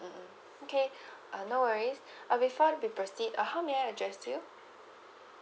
mmhmm okay no worries uh before we proceed uh how may I address you